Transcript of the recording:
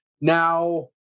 now